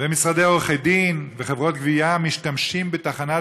משרדי עורכי-דין וחברות גבייה משתמשים בתחנת